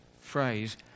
phrase